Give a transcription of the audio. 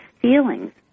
feelings